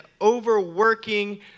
overworking